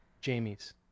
Jamie's